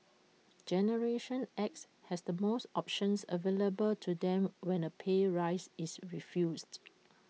generation X has the most options available to them when A pay rise is refused